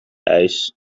eis